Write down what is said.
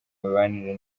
mibanire